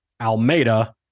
Almeida